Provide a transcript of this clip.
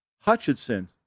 Hutchinson